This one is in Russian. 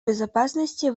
безопасности